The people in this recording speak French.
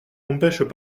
empêchent